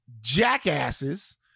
jackasses